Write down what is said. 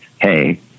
hey